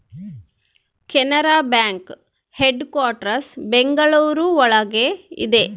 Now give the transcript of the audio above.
Canara bank headquarters Bengaluru ಒಳಗ ಇದೆ